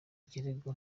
kirego